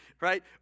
right